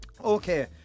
Okay